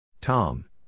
Tom